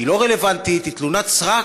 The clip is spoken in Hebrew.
היא לא רלוונטית, היא תלונת סרק.